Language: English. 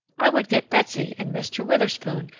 i would get betsy and mr. witherspoon,